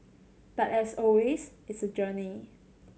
but as always it's journey